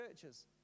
churches